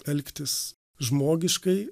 elgtis žmogiškai